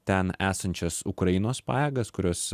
ten esančias ukrainos pajėgas kurios